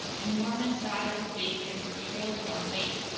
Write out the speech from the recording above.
enormous sides of bacon were trailed in our wake,